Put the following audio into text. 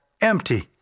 empty